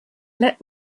let